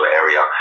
area